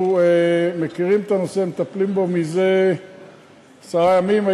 אנחנו מכירים את הנושא, מטפלים בו מזה עשרה ימים.